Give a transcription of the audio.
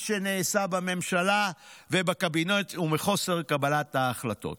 שנעשה בממשלה ובקבינט ומחוסר קבלת ההחלטות.